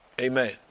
Amen